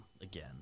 again